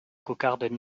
cocarde